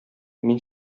мин